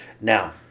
Now